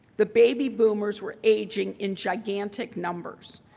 the baby boomers were aging in gigantic numbers.